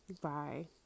Bye